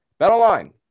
BetOnline